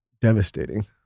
devastating